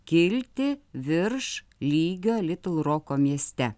kilti virš lygio litl roko mieste